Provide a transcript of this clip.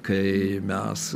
kai mes